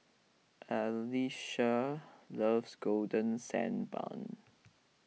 Allyssa loves Golden Sand Bun